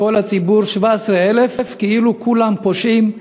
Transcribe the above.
כל הציבור, 17,000, כאילו כולם פושעים.